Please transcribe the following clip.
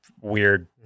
weird